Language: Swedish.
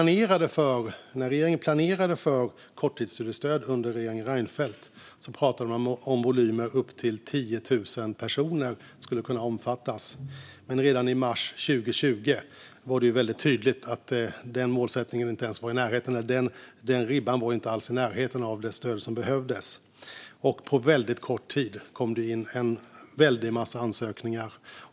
När regeringen planerade för korttidsstudiestöd under regeringen Reinfeldt pratade man om att volymer på upp till 10 000 personer skulle kunna omfattas. Redan i mars 2020 var det väldigt tydligt att den ribban inte alls var i närheten av det stöd som behövdes. På väldigt kort tid kom det in en väldig massa ansökningar.